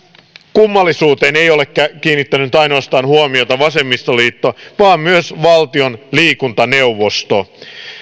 kummallisuuteen ei ole kiinnittänyt huomiota ainoastaan vasemmistoliitto vaan myös valtion liikuntaneuvosto